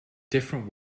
different